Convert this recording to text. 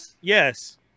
Yes